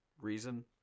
reason